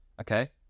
Okay